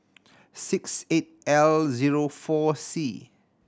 six eight L zero four C